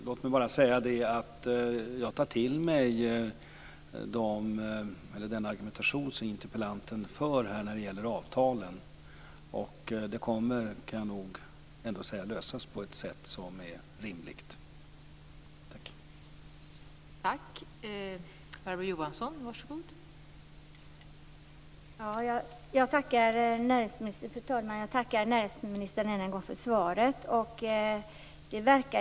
Låt mig bara säga att jag tar till mig den argumentation som interpellation för fram när det gäller avtalen, och jag kan nog ändå säga att det kommer att lösas på ett rimligt sätt.